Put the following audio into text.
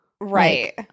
Right